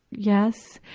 yes.